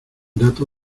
dato